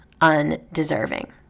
undeserving